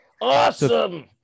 Awesome